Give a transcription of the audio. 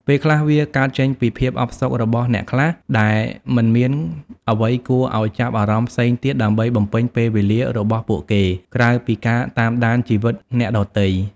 ពេលខ្លះវាកើតចេញពីភាពអផ្សុករបស់អ្នកខ្លះដែលមិនមានអ្វីគួរឱ្យចាប់អារម្មណ៍ផ្សេងទៀតដើម្បីបំពេញពេលវេលារបស់ពួកគេក្រៅពីការតាមដានជីវិតអ្នកដទៃ។